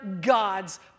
gods